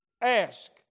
Ask